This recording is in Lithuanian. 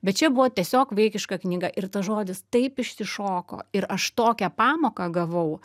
bet čia buvo tiesiog vaikiška knyga ir tas žodis taip išsišoko ir aš tokią pamoką gavau